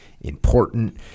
important